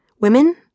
Women